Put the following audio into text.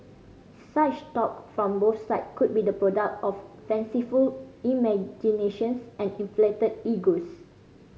such talk from both side could be the product of fanciful imaginations and inflated egos